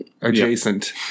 adjacent